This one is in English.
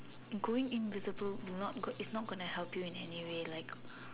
going invisible would not is not gonna help you in any way like